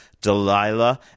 Delilah